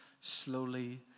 slowly